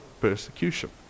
persecution